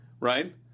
Right